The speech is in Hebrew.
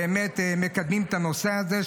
שמקדמים את הנושא הזה,